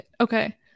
Okay